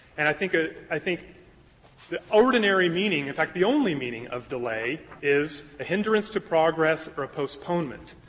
and i think the ah i think the ordinary meaning, in fact, the only meaning, of delay is a hindrance to progress or a postponement.